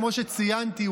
כמו שציינתי,